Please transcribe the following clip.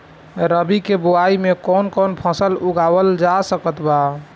रबी के बोआई मे कौन कौन फसल उगावल जा सकत बा?